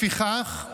לפיכך,